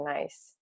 nice